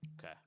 Okay